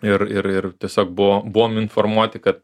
ir ir ir tiesiog buvo buvom informuoti kad